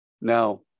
Now